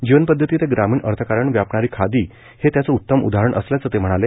जीवपद्वती ते ग्रामीण अर्थकारण व्यापणारी खादी हेत्याचं उत्तम उदाहरण असल्याचं ते म्हणाले